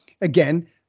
again